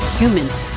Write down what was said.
humans